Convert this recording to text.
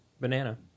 banana